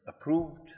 approved